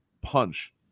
punch